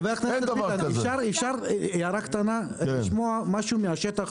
אפשר לשמוע משהו משטח?